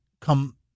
come